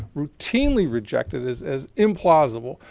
routinely rejected as as implausible.